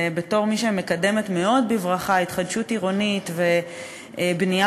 ובתור מי שמקדמת מאוד בברכה התחדשות עירונית ובנייה